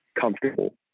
comfortable